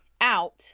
out